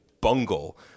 bungle